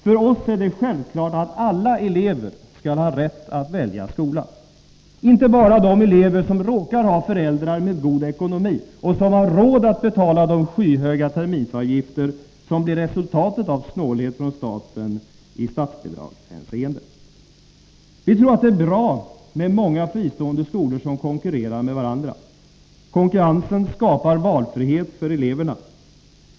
För oss är det självklart att alla elever skall ha rätt att välja skola, inte bara de elever som råkar ha föräldrar med god ekonomi och som har råd att betala de skyhöga terminsavgifter som blir resultatet av snålhet från staten i statsbidragshänseende. Vi tror att det är bra med många fristående skolor som konkurrerar med varandra. Konkurrensen skapar valfrihet för eleverna.